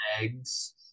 Eggs